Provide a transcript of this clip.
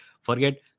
Forget